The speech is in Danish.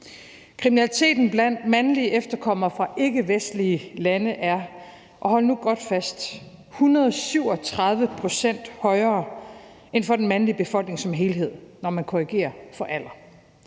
Kriminaliteten blandt mandlige efterkommere fra ikkevestlige lande er – og hold nu godt fast – 137 pct. højere end for den mandlige befolkning som helhed, når man korrigerer for alder,